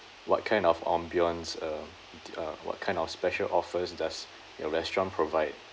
what kind of ambience uh the uh what kind of special offers does your restaurant provide